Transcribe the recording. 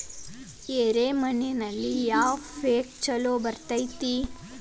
ಎರೆ ಮಣ್ಣಿನಲ್ಲಿ ಯಾವ ಪೇಕ್ ಛಲೋ ಬರತೈತ್ರಿ?